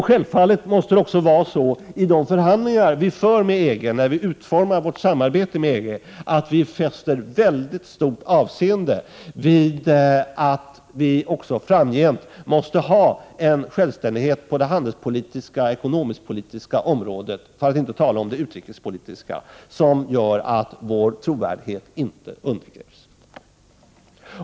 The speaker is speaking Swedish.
Självfallet måste vi också i de förhandlingar vi för med EG när vi utformar vårt samarbete med EG fästa väldigt stort avseende vid att det är nödvändigt att också framgent ha en självständighet på det handelspolitiska, ekonomisk-politiska och utrikespolitiska området, en självständighet som gör att vår trovärdighet inte undergrävs.